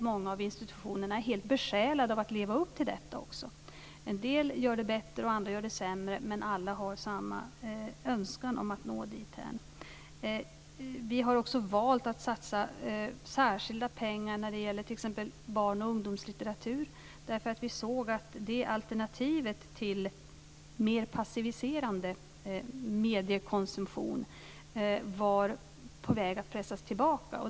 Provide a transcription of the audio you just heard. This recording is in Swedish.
Många av institutionerna är också helt besjälade av att leva upp till detta. En del gör det bättre, andra gör det sämre. Men alla har samma önskan om att nå dithän. Vi har också valt att satsa särskilda pengar när det gäller t.ex. barn och ungdomslitteratur. Vi såg nämligen att det alternativet till mer passiviserande mediekonsumtion var på väg att pressas tillbaka.